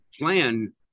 plan